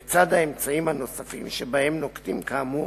בצד האמצעים הנוספים שבהם נוקטים, כאמור,